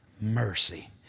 mercy